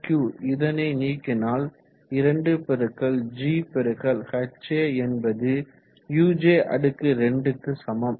ρQ இதனை நீக்கினால் 2gHa என்பது uj2க்கு சமம்